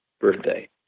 birthday